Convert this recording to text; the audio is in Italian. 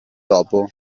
dopo